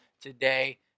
today